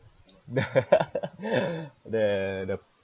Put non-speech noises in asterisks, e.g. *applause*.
the *laughs* the the